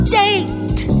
date